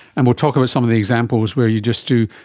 and we'll talk about some of the examples where you just do,